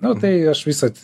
nu tai aš visad